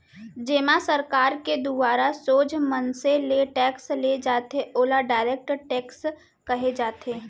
जेमा सरकार के दुवारा सोझ मनसे ले टेक्स ले जाथे ओला डायरेक्ट टेक्स कहे जाथे